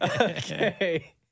Okay